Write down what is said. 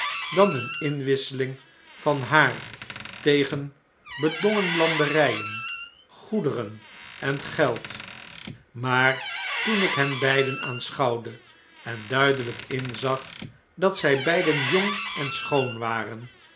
dan een inwisseling van haar tegen bedongen landeryen goederen en geld maar toen ik hen beiden aanschouwde en duidelyk inzag dat zij beiden jong en schoon waren